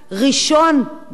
דה-פקטו,